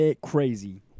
crazy